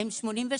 מדובר על